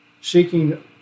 seeking